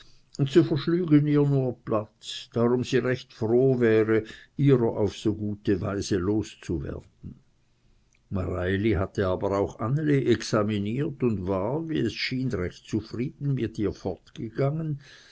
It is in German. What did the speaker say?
ihr nur platz darum sie recht froh wäre ihrer auf so gute weise los zu werden mareili hatte aber auch anneli examiniert und war wie es schien recht zufrieden mit ihr fortgegangen